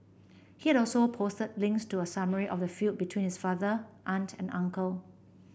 he had also posted links to a summary of the feud between his father aunt and uncle